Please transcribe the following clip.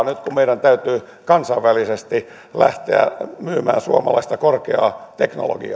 nyt kun meidän täytyy kansainvälisesti lähteä myymään suomalaista korkeaa teknologiaa